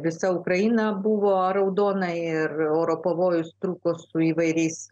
visa ukraina buvo raudona ir oro pavojus truko su įvairiais